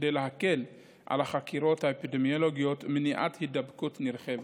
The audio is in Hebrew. כדי להקל על החקירות האפידמיולוגיות ולמנוע הידבקות נרחבת.